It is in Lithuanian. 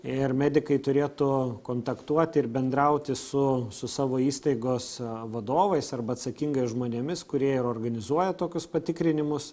ir medikai turėtų kontaktuoti ir bendrauti su su savo įstaigos vadovais arba atsakingais žmonėmis kurie organizuoja tokius patikrinimus